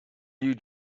you